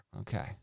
Okay